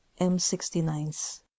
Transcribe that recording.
M69s